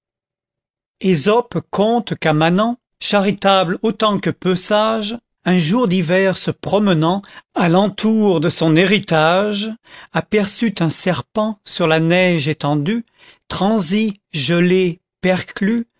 jljope conte qu'un manant charitable autant que peu sage un jour d'hiver se promenant a l'enlour de son héritage aperçut un serpent sur la neige étendu transi gelé perclus